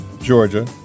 Georgia